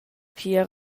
pia